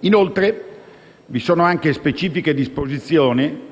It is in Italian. Inoltre, vi sono anche specifiche disposizioni